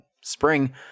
spring